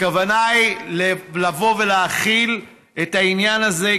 הכוונה היא לבוא ולהחיל את העניין הזה,